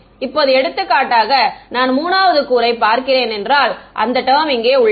இப்போது எடுத்துக்காட்டாக நான் 3 வது கூறை பார்க்கிறேன் என்றால் அந்த டெர்ம் இங்கே உள்ளது